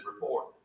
report